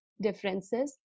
differences